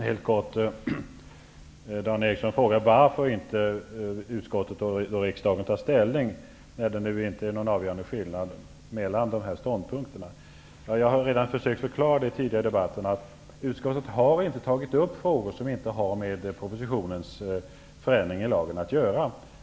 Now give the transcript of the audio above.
Herr talman! Dan Ericsson i Kolmården frågade varför utskottet och riksdagen inte tar ställning, när det nu inte är någon avgörande skillnad mellan dessa ståndpunkter. Jag har tidigare i debatten försökt förklara att utskottet inte har tagit upp sådana frågor som inte har med propositionen att göra.